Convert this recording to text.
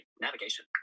navigation